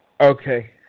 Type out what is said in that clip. Okay